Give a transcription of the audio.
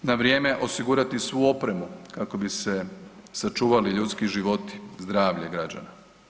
Na vrijeme osigurati svu opremu kako bi se sačuvali ljudski životi, zdravlje građana.